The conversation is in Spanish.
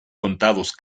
contados